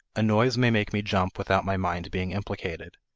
a noise may make me jump without my mind being implicated.